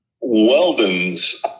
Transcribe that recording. Weldon's